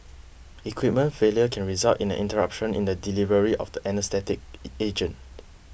equipment failure can result in an interruption in the delivery of the anaesthetic agent